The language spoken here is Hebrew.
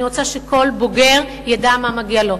אני רוצה שכל בוגר ידע מה מגיע לו,